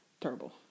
Terrible